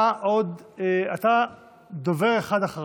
אתה דובר אחד אחריו,